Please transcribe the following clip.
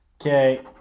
Okay